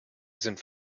sind